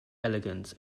elegant